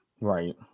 Right